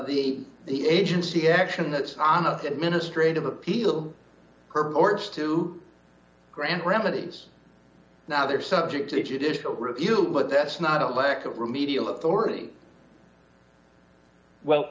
that the agency action that's on administrative appeal purports to grant remedies now they're subject to judicial review but that's not a lack of remedial authority well